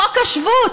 חוק השבות,